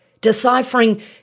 deciphering